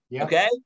Okay